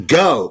go